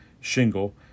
shingle